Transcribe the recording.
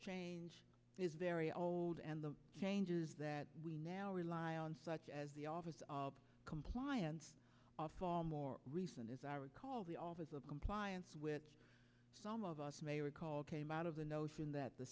this is very old and the changes that we now rely on such as the office of compliance more recent as i recall the office of compliance with some of us may recall came out of the notion that the